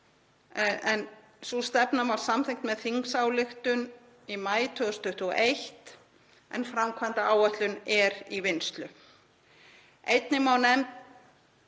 en sú stefna var samþykkt með þingsályktun í maí 2021, en framkvæmdaáætlun er í vinnslu. Einnig má